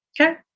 Okay